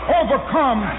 overcome